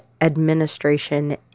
administration